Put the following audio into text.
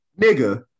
Nigga